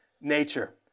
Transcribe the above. nature